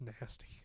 nasty